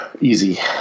Easy